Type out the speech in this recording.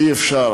אי-אפשר,